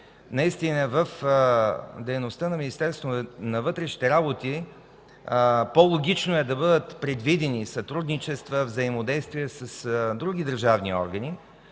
Наистина в дейността на Министерството на вътрешните работи по-логично е да бъдат предвидени сътрудничества, взаимодействия с други държавни органи,